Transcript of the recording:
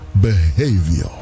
behavior